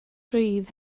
rhydd